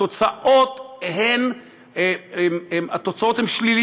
התוצאות הן שליליות,